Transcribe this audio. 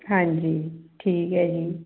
ਹਾਂਜੀ ਠੀਕ ਹੈ ਜੀ